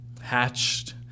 hatched